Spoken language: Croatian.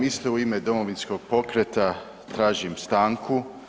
Isto u ime Domovinskog pokreta tražim stanku.